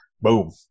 Boom